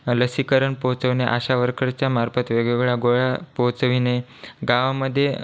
लसीकरण पोहचवणे आशा वर्करच्या मार्फत वेगवेगळ्या गोळ्या पोहचवणे गावामध्ये